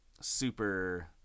super